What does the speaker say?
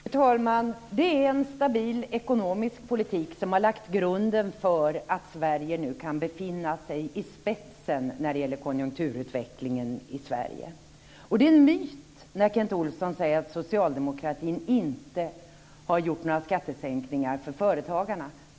Fru talman! Det är en stabil ekonomisk politik som har lagt grunden för att Sverige nu kan befinna sig i spetsen när det gäller konjunkturutvecklingen. Det är en myt när Kent Olsson säger att socialdemokratin inte har gjort några skattesänkningar för företagarna.